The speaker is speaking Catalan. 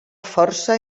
força